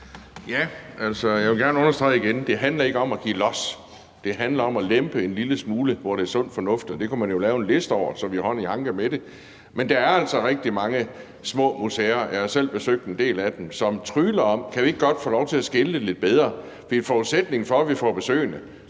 Lorentzen (V): Jeg vil gerne understrege igen, at det ikke handler om at give los. Det handler om at lempe en lille smule, hvor det er sund fornuft. Det kunne vi jo lave en liste over, så vi har hånd i hanke med det. Men der er altså rigtig mange små museer – jeg har selv besøgt en del af dem – som trygler om, om de ikke godt kan få lov til at skilte lidt bedre. For forudsætningen for, at de får besøgende,